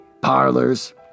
parlors